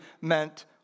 meant